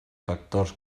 factors